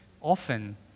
often